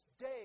day